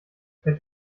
mit